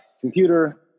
computer